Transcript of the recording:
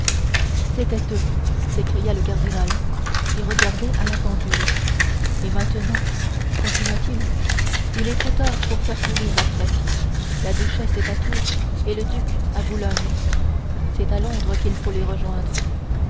c'étaient eux s'écria le cardinal qui regardait à la pendule et maintenant continua-t-il il est trop tard pour faire courir après la duchesse est à tours et le duc à boulogne c'est à londres qu'il faut les rejoindre